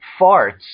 farts